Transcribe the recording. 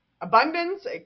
abundance